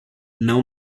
não